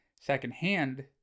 secondhand